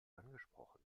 angesprochen